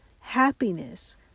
Happiness